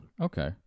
Okay